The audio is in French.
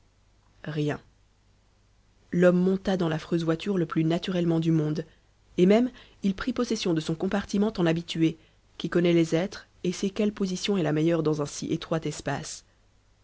rien l'homme monta dans l'affreuse voiture le plus naturellement du monde et même il prit possession de son compartiment en habitué qui connaît les êtres et sait quelle position est la meilleure dans un si étroit espace